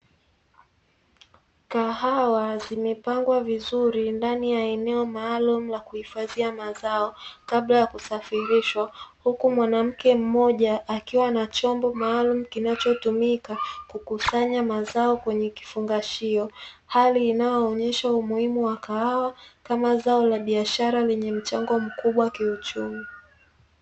Kahawa zimepangwa vizuri ndani ya eneo maalumu la kuhifadhia mazao kabla ya kusafirishwa, huku mwanamke mmoja akiwa na chombo maalumu kinachotumika kukusanya mazao kwenye kifungashio, hali inayoonyesha umuhimu wa kahawa kama zao la biashara lenye mchango mkubwa kiuchumi.